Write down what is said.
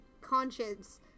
conscience